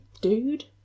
dude